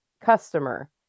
customer